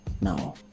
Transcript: now